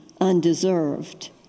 undeserved